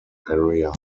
area